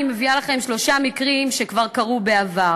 אני מביאה לכם שלושה מקרים שקרו בעבר.